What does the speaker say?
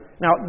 Now